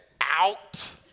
out